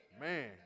man